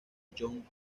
young